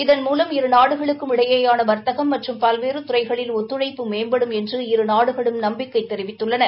இதன்மூவம் இரு நாடுகளுக்கும் இடையேயான வா்த்தகம் மற்றும் பல்வேறு துறைகளில் ஒத்துழைப்பு மேம்படும் என்று நம்பிக்கை தெரிவித்துள்ளன